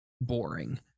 boring